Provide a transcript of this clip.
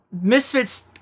misfits